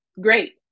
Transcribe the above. great